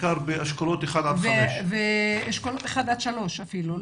בעיקר באשכולות 5-1. 3-1 אפילו,